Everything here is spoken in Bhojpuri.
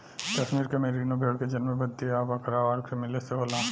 कश्मीर के मेरीनो भेड़ के जन्म भद्दी आ भकरवाल के मिले से होला